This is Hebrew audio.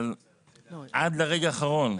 אבל עד הרגע האחרון,